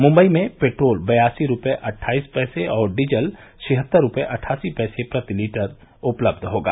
मुम्बई में पेट्रोल बयासी रुपये अट्ठाईस पैसे और डीजल छिहत्तर रुपये अट्ठासी पैसे प्रति लीटर उपलब्ध होगा